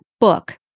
book